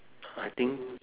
I think